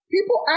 People